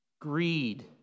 Greed